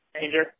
danger